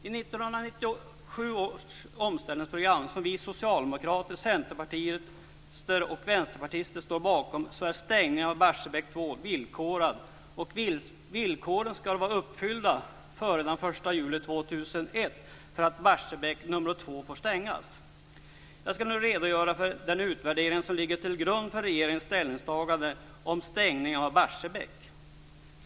I 1997 års omställningsprogram, som vi socialdemokrater, Centerpartiet och Vänsterpartiet står bakom, är stängningen av Barsebäck 2 villkorad, och villkoren ska vara uppfyllda före den 1 juli 2001 för att Barsebäck 2 ska få stängas. Jag ska nu redogöra för den utvärdering som ligger till grund för regeringens ställningstagande om stängning av Barsebäck.